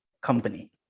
company